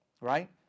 right